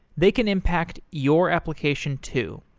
they can impact your application too.